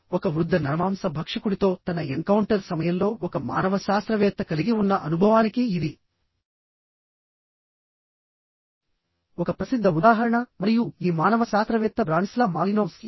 ఒక వృద్ధ నరమాంస భక్షకుడితో తన ఎన్కౌంటర్ సమయంలో ఒక మానవ శాస్త్రవేత్త కలిగి ఉన్న అనుభవానికి ఇది ఒక ప్రసిద్ధ ఉదాహరణ మరియు ఈ మానవ శాస్త్రవేత్త బ్రానిస్లా మాలినోవ్స్కీ